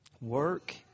Work